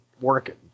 working